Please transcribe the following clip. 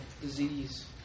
disease